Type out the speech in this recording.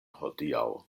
hodiaŭ